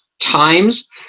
times